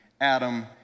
Adam